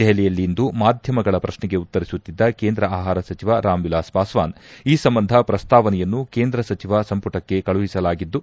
ದೆಹಲಿಯಲ್ಲಿಂದು ಮಾಧ್ಯಮಗಳ ಪ್ರಶ್ನೆಗೆ ಉತ್ತರಿಸುತ್ತಿದ್ದ ಕೇಂದ್ರ ಆಹಾರ ಸಚಿವ ರಾಮ್ ವಿಲಾಸ್ ಪಾಸ್ಟಾನ್ ಈ ಸಂಬಂಧ ಪ್ರಸ್ತಾವನೆಯನ್ನು ಕೇಂದ್ರ ಸಚಿವ ಸಂಪುಟಕ್ಕೆ ಕಳುಹಿಸಲಾಗಿದ್ದು